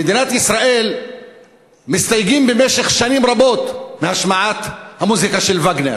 במדינת ישראל מסתייגים במשך שנים רבות מהשמעת המוזיקה של וגנר,